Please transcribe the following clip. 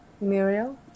Muriel